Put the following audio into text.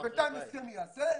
בינתיים הסכם ייעשה,